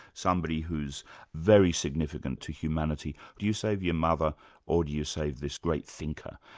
somebody who's very significant to humanity do you save your mother or do you save this great thinker?